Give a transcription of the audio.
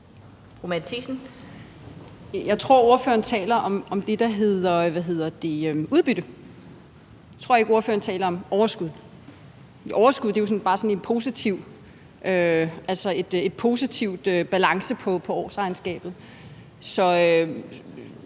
Mette Thiesen (NB): Jeg tror, at ordføreren taler om det, der hedder udbytte. Jeg tror ikke, at ordføreren taler om overskud. Overskud er jo bare en positiv balance på årsregnskabet. Så